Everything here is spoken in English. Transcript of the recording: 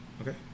Okay